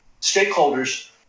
stakeholders